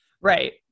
Right